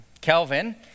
Kelvin